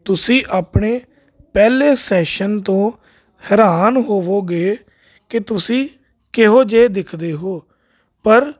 ਤੁਸੀਂ ਆਪਣੇ ਪਹਿਲੇ ਸੈਸ਼ਨ ਤੋਂ ਹੈਰਾਨ ਹੋਵੋਗੇ ਕਿ ਤੁਸੀਂ ਕਿਹੋ ਜਿਹੇ ਦਿਖਦੇ ਹੋ ਪਰ